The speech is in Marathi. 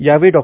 यावेळी डॉ